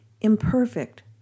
imperfect